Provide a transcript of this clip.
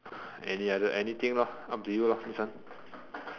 any other anything lor up to you lor this one